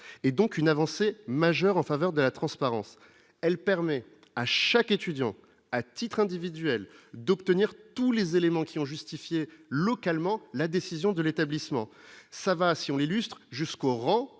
et donc une avancée majeure en faveur de la transparence, elle permet à chaque étudiant à titre individuel d'obtenir tous les éléments qui ont justifié localement la décision de l'établissement, ça va, si on les lustres jusqu'au rang